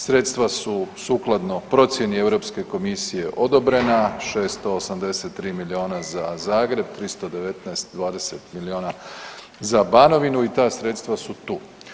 Sredstva su sukladno procjeni Europske komisije odobrena, 683 milijuna za Zagreb, 319.-'20. milijuna za Banovinu i ta sredstva su tu.